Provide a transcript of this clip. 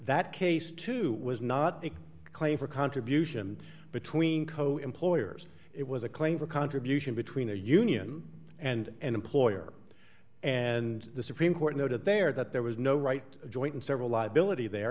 that case two was not a claim for contribution between co employers it was a claim for contribution between a union and an employer and the supreme court noted there that there was no right joint and several liability there